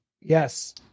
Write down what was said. yes